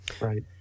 Right